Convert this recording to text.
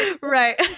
Right